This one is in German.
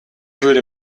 würde